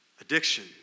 Addiction